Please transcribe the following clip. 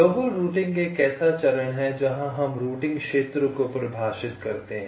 global routing एक ऐसा चरण है जहाँ हम रूटिंग क्षेत्रों को परिभाषित करते हैं